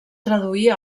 traduir